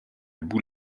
bout